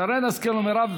שרן השכל ומירב